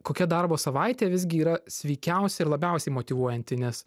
kokia darbo savaitė visgi yra sveikiausia ir labiausiai motyvuojanti nes